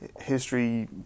History